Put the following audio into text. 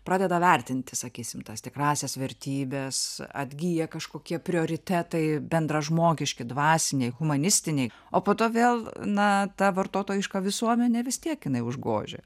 pradeda vertinti sakysim tas tikrąsias vertybes atgyja kažkokie prioritetai bendražmogiški dvasiniai humanistiniai o po to vėl na ta vartotojiška visuomenė vis tiek jinai užgožia